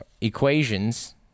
equations